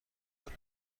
دارد